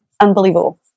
unbelievable